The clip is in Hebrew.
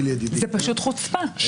זאת פשוט חוצפה.